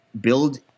build